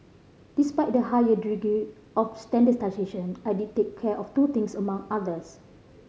despite the higher of standardisation I did take care of two things among others